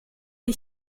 les